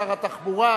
שר התחבורה,